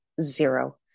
zero